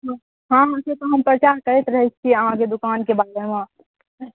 हँ से तऽ हम प्रचार करैत रहै छी अहाँकेँ दोकानकेँ बारेमे